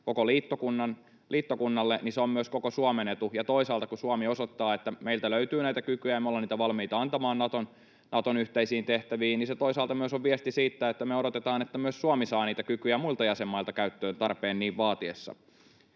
koko liittokunnalle, niin se on myös koko Suomen etu. Ja toisaalta, kun Suomi osoittaa, että meiltä löytyy näitä kykyjä ja me ollaan niitä valmiita antamaan Naton yhteisiin tehtäviin, niin se toisaalta myös on viesti siitä, että me odotetaan, että myös Suomi saa niitä kykyjä muilta jäsenmailta käyttöön tarpeen niin vaatiessa.